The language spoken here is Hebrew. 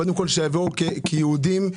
קודם כל שיבואו כיהודים,